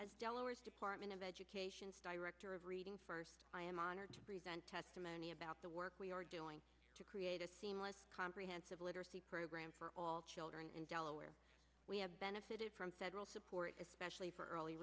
as delaware's department of education's director of reading first i am honored to present testimony about the work we are doing to create a seamless comprehensive literacy program for all children in delaware we have benefited from federal support especially for early